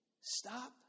Stop